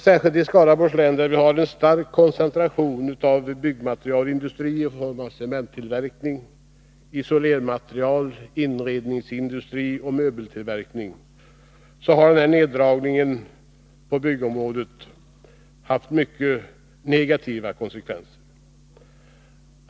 Särskilt i Skaraborgs län, där vi har en stark koncentration av byggmaterialindustri i form av cementtillverkning, isolermaterialframställning, inredningsindustri och möbeltillverkning har neddragningen på byggområdet därför haft mycket negativa konsekvenser.